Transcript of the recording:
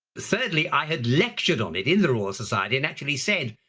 thirdly, i had lectured on it in the royal society and actually said,